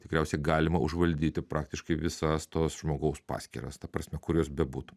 tikriausiai galima užvaldyti praktiškai visas tos žmogaus paskyras ta prasme kur jos bebūtų